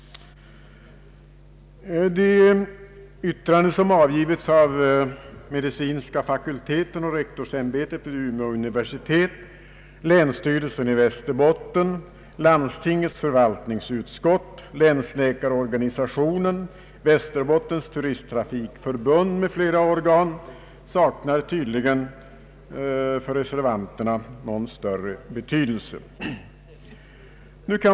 De yttranden som avgivits av medicinska fakulteten och rektorsämbetet vid Umeå universitet, länsstyrelsen i Västerbottens län, landstingets förvaltningsutskott, = länsläkarorganisationen, Västerbottens turisttrafikförbund m.fl. saknar tydligen någon större betydelse för reservanterna.